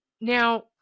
Now